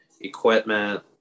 equipment